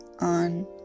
on